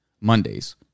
Mondays